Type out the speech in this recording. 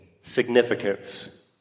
significance